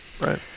Right